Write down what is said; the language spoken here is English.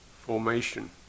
formation